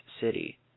city